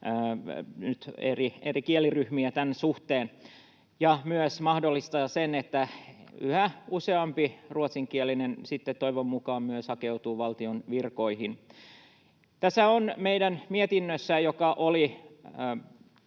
eri kieliryhmiä tämän suhteen ja myös mahdollistaa sen, että yhä useampi ruotsinkielinen sitten toivon mukaan myös hakeutuu valtion virkoihin. Tässä meidän mietinnössä, joka oli